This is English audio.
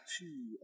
two